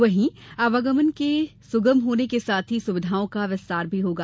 वहीं आवगमन के सुगम होने के साथ ही सुविधाओं का विस्तार भी होगा